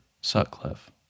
Sutcliffe